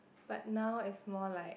but now is more like